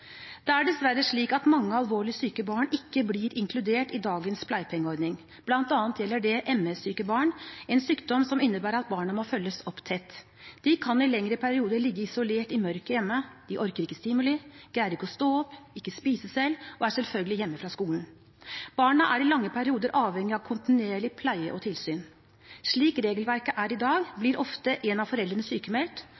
Det er dessverre slik at mange alvorlig syke barn ikke blir inkludert i dagens pleiepengeordning. Blant annet gjelder det MS-syke barn, en sykdom som innebærer at barna må følges opp tett. De kan i lengre perioder ligge isolert i mørket hjemme, de orker ikke stimuli, de greier ikke å stå opp, ikke spise selv og er selvfølgelig hjemme fra skolen. Barna er i lange perioder avhengig av kontinuerlig pleie og tilsyn. Slik regelverket er i dag,